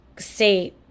say